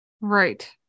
Right